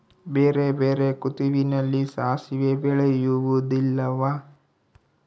ಬೇರೆ ಬೇರೆ ಋತುವಿನಲ್ಲಿ ಸಾಸಿವೆ ಬೆಳೆಯುವುದಿಲ್ಲವಾ?